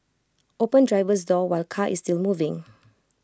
open driver's door while car is still moving